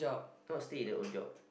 thought stay that old job